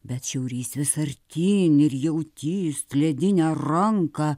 bet šiaurys vis artyn ir jau tįst ledinę ranką